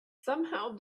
somehow